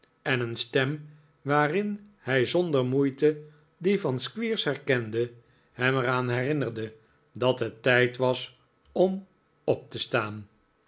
en een stem waarin hij zonder moeite die van squeers herkende hem er aan herinnerde dat het tijd was om op te staan